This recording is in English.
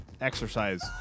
exercise